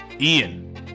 Ian